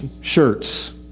shirts